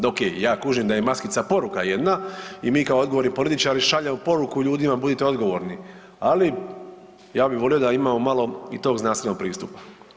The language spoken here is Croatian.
Ma ok, ja kužim da je maskica poruka jedna i mi kao odgovorni političari šaljemo poruku ljudima budite odgovorni, ali ja bi volio da imamo malo i tog znanstvenog pristupa.